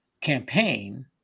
campaign